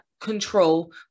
control